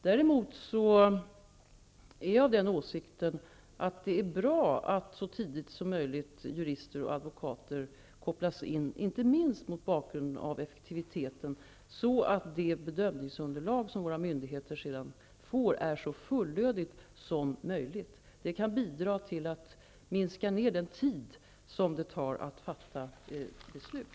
Däremot är jag av den åsikten att det är bra att jurister och advokater kopplas in så tidigt som möjligt, inte minst mot bakgrund av effektiviteten. På så sätt är det bedömningsunderlag som våra myndigheter sedan får så fullödigt som möjligt. Detta kan bidra till att minska ner den tid det tar att fatta beslut.